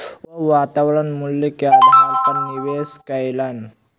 ओ वर्त्तमान मूल्य के आधार पर निवेश कयलैन